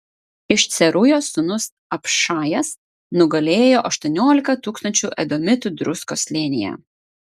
ir cerujos sūnus abšajas nugalėjo aštuoniolika tūkstančių edomitų druskos slėnyje